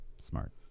Smart